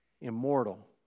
immortal